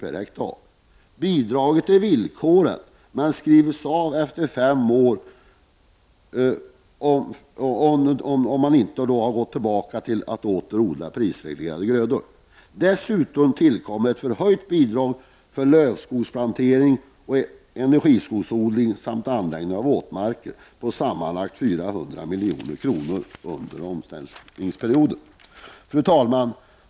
per hektar kan erhållas. Bidraget är villkorat. Men beloppet skrivs av efter fem år om man inte har återgått till odling av prisreglerade grödor. Vidare tillkommer ett förhöjt bidrag för lövskogsplantering, energiskogsodling och anläggande av våtmarker. Totalt rör det sig om 400 milj.kr. under omställningsperioden. Fru talman!